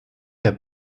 der